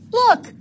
look